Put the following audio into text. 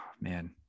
man